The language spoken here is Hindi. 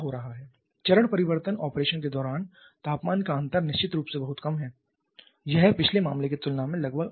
चरण परिवर्तन ऑपरेशन के दौरान तापमान का अंतर निश्चित रूप से बहुत कम है यह पिछले मामले की तुलना में लगभग आधा है